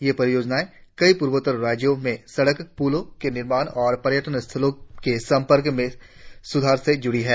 ये परियोजनाएं कई पूर्वोत्तर राज्यों में सड़कों पुलों के निर्माण और पर्यटन स्थलों के संपर्क में सुधार से जुड़ी हैं